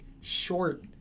short